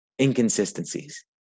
inconsistencies